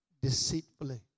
deceitfully